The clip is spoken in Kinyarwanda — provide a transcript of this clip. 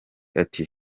ati